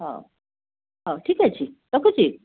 ହଉ ହଉ ଠିକ୍ ଅଛି ରଖୁଛି